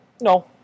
no